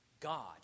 God